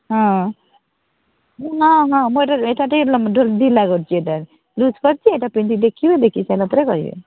ହଁ ମୁଁ ନା ହଁ ମୁଁ ଏଇଟା ଏଇଟା ଟିକେ ଢ଼ିଲା କରିଛି ଏଇଟାରେ ୟୁଜ୍ କରିଛି ଏଇଟା ପିନ୍ଧିକି ଦେଖିବେ ଦେଖି ସାରିଲା ପରେ କହିବେ